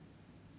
mm